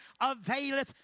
availeth